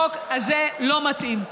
חברות וחברים, החוק הזה לא מתאים.